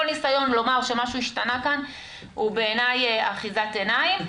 כל ניסיון לומר שמשהו השתנה כאן הוא בעיניי אחיזת עיניים.